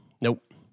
nope